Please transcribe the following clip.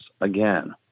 again